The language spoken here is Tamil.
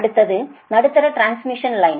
அடுத்தது நடுத்தர டிரான்ஸ்மிஷன் லைன்